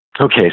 Okay